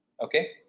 okay